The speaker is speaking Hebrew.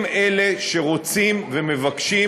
הם שרוצים ומבקשים,